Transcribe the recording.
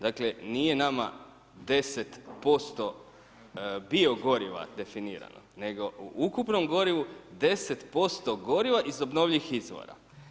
Dakle nije nama 10% biogoriva definirano, nego u ukupnom gorivu 10% goriva iz obnovljivih izvora.